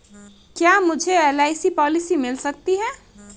क्या मुझे LIC policy मिल सकती है?